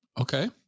Okay